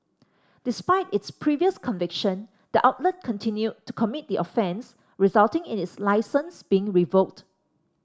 despite its previous conviction the outlet continued to commit the offence resulting in its licence being revoked